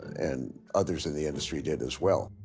and others in the industry did as well.